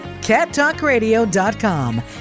cattalkradio.com